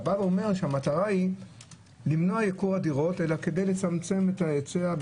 אתה אומר שהמטרה היא למנוע ייקור הדירות ולצמצם את ההיצע,